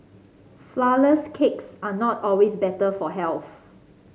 flourless cakes are not always better for health